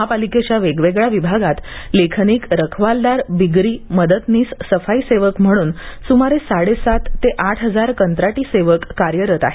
महापालिकेच्या वेगवेगळ्या विभागांत लेखनिक रखवालदार बिगारी मदतनीस सफाई सेवक म्हणून सुमारे साडेसात ते आठ हजार कंत्राटी सेवक कार्यरत आहेत